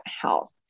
health